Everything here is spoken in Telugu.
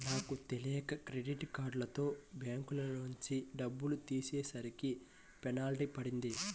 నాకు తెలియక క్రెడిట్ కార్డుతో బ్యాంకులోంచి డబ్బులు తీసేసరికి పెనాల్టీ పడింది